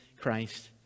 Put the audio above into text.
Christ